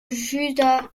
juda